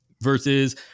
versus